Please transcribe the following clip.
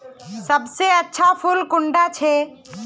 सबसे अच्छा फुल कुंडा छै?